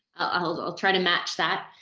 i'll but i'll try to match that